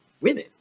women